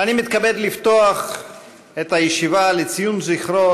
אני מתכבד לפתוח את הישיבה לציון זכרו